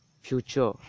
future